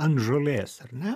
ant žolės ar ne